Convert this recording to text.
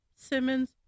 Simmons